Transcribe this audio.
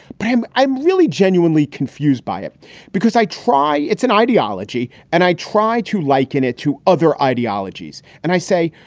but i'm i'm really genuinely confused by it because i try. it's an ideology and i try to liken it to other ideologies. and i say,